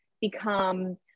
become